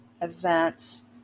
events